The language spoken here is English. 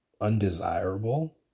undesirable